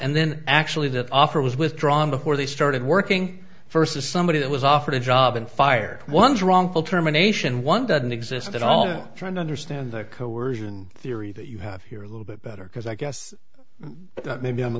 and then actually that offer was withdrawn before they started working first as somebody that was offered a job and fired one's wrongful termination one didn't exist at all and trying to understand the coersion theory that you have here a little bit better because i guess maybe i'm a